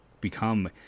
become